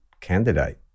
candidate